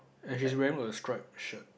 and he's wearing a scribe shirt